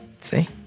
See